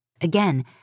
Again